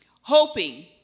Hoping